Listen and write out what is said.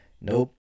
Nope